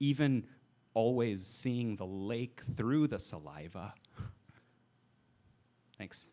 even always seeing the lake through the saliva thanks